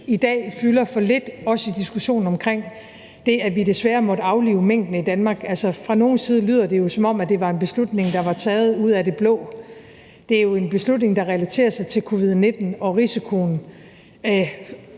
synes fylder for lidt i dag, også i diskussionen om det, at vi desværre måtte aflive minkene i Danmark. Fra nogens side lyder det jo, som om det var en beslutning, der blev taget ud af det blå. Det er jo en beslutning, der er relaterer sig til covid-19, og det var